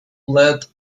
let